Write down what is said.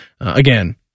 again